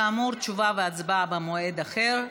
כאמור, תשובה והצבעה במועד אחר.